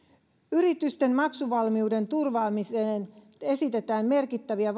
yritysten maksuvalmiuden turvaamiseen esitetään merkittäviä